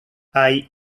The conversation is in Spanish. hay